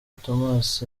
thomas